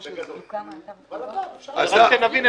רק שנבין.